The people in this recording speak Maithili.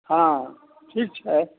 हँ ठीक छै